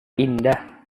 indah